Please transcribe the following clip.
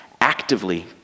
Actively